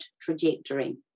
trajectory